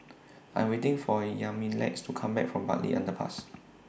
I Am waiting For Yamilex to Come Back from Bartley Underpass